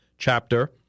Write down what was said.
chapter